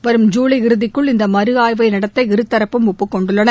வரும் ஜுலை இறுதிக்குள் இந்த மறு ஆய்வை நடத்த இருதரப்பும் ஒப்பபுக்கொண்டுள்ளன